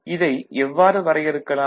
இதை எவ்வாறு வரையறுக்கலாம்